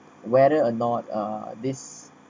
whether or not uh this